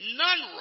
none